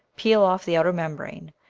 peel off the outer membrane,